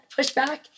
pushback